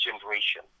generation